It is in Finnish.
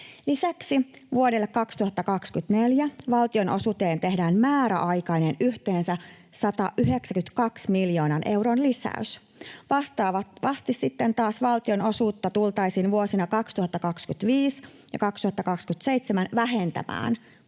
Lisäksi vuodelle 2024 valtionosuuteen tehdään määräaikainen yhteensä 192 miljoonan euron lisäys. Vastaavasti taas valtionosuutta tultaisiin vuosina 2025—2027 vähentämään 64